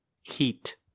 heat